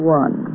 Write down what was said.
one